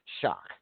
shock